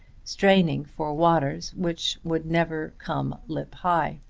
straining for waters which would never come lip high.